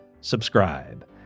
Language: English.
subscribe